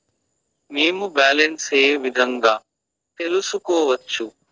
మేము బ్యాలెన్స్ ఏ విధంగా తెలుసుకోవచ్చు?